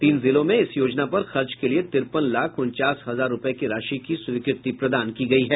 तीन जिलों में इस योजना पर खर्च के लिए तिरपन लाख उनचास हजार रूपये की राशि की स्वीकृति दी गयी है